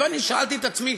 ואני שאלתי את עצמי: